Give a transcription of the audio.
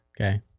Okay